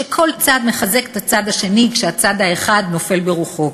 כשכל צד מחזק את הצד השני כשהוא נופל ברוחו.